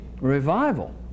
revival